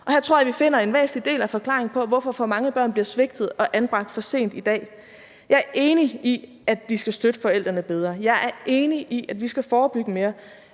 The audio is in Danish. Og her tror jeg vi finder en væsentlig del af forklaringen på, hvorfor for mange børn bliver svigtet og anbragt for sent i dag. Jeg er enig i, at vi skal støtte forældrene bedre; jeg er enig i, at vi skal forebygge mere.